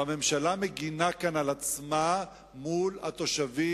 והממשלה מגינה כאן על עצמה מול התושבים,